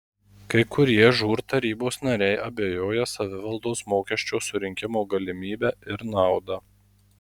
kai kurie žūr tarybos nariai abejoja savivaldos mokesčio surinkimo galimybe ir nauda